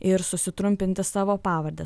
ir susitrumpinti savo pavardę